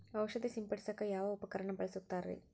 ಔಷಧಿ ಸಿಂಪಡಿಸಕ ಯಾವ ಉಪಕರಣ ಬಳಸುತ್ತಾರಿ?